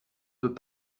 peut